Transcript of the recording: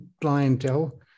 clientele